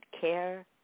care